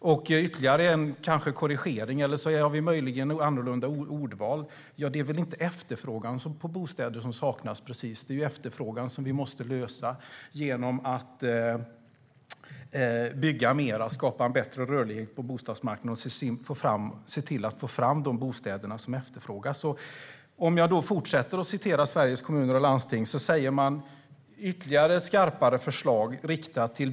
Det finns ytterligare en korrigering, eller möjligen ett annorlunda ordval. Det är väl inte efterfrågan på bostäder som saknas. Efterfrågan måste vi lösa genom att bygga mer, skapa en bättre rörlighet på bostadsmarknaden och se till att få fram de bostäder som efterfrågas. Jag ska fortsätta att citera Sveriges Kommuner och Landsting.